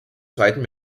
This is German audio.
zweiten